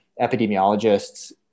epidemiologists